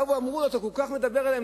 לא באו ואמרו לו: אתה כל כך מדבר עליהן,